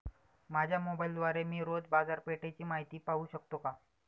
माझ्या मोबाइलद्वारे मी रोज बाजारपेठेची माहिती पाहू शकतो का?